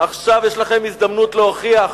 עכשיו יש לכם הזדמנות להוכיח: